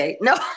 no